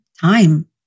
time